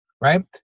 right